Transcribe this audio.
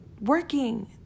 working